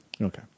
Okay